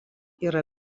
yra